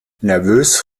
nervös